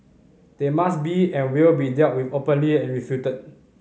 they must be and will be dealt with openly and refuted